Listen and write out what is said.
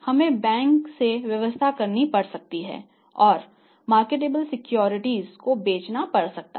हमें बैंक से व्यवस्था करनी पड़ सकती है या मार्केटेबल सिक्योरिटीज को बेचना पड़ सकता है